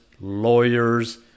lawyers